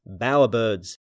bowerbirds